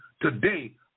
today